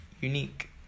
unique